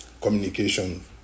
communication